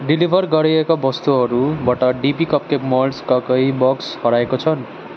deliver गरिएका वस्तुहरूबाट DP cupcake मल्ड्सका कई बक्स हराएको छन्